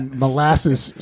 molasses